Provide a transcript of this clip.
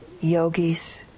yogis